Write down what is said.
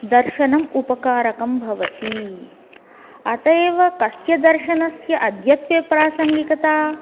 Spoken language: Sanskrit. दर्शनम् उपकारकं भवति अतः एव कस्य दर्शनस्य अद्यत्वे प्रासङ्गिकता